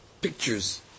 pictures